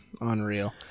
Unreal